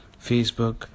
Facebook